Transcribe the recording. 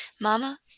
Mama